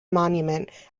monument